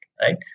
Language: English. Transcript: right